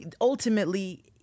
ultimately